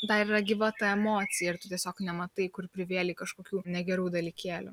dar yra gyva ta emocija ir tu tiesiog nematai kur privėlei kažkokių negerų dalykėlių